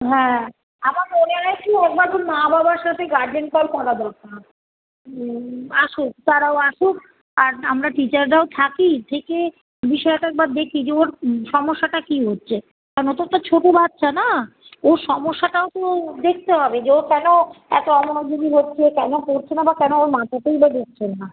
হ্যাঁ আমার মনে হয় কি একবার ওর মা বাবার সাথে গার্জেন কল করা দরকার আসুক তারাও আসুক আর আমরা টিচাররাও থাকি থেকে বিষয়টা একবার দেখি যে ওর সমস্যাটা কী হচ্ছে কেন তো ও তো ছোটো বাচ্চা না ওর সমস্যাটাও তো দেখতে হবে যে ও কেন এত অমনোযোগী হচ্ছে কেন পড়ছে না বা কেন ওর মাথাতেই বা ঢুকছে না